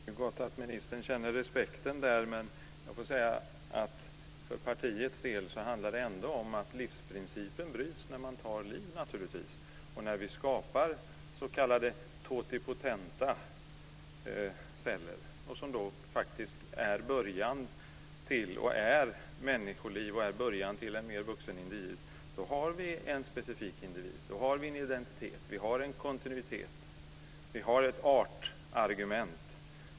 Fru talman! Det är gott att ministern känner respekten, men jag får säga att för partiets del handlar det ändå om att livsprincipen naturligtvis bryts när man tar liv. När vi skapar s.k. totipotenta celler, som faktiskt är människoliv och början till en mer vuxen individ, har vi en specifik individ. Då har vi en identitet. Vi har en kontinuitet. Vi har ett artargument.